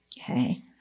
Okay